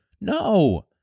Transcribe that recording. No